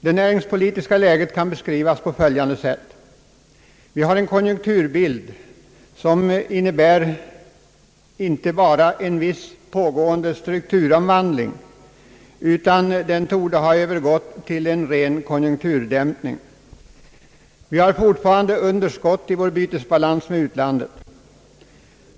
Det näringspolitiska läget kan beskrivas på följande sätt: Vi har en konjunkturbild som visar inte bara en viss pågående <Sstrukturomvandling «utan också tendenser till en ren konjunkturdämpning. Vi har fortfarande underskott i vår bytesbalans med utlandet.